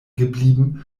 geblieben